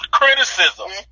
criticism